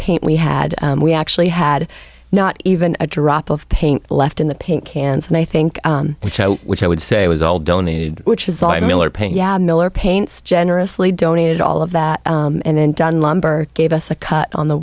paint we had we actually had not even a drop of paint left in the paint cans and i think the show which i would say was all donated which is like miller paint yeah miller paints generously donated all of that and then done lumber gave us a cut on the